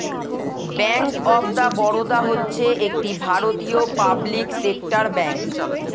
bank of Baroda হচ্ছে একটি ভারতীয় পাবলিক সেক্টর ব্যাঙ্ক